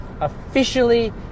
officially